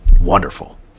Wonderful